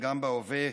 וגם בהווה,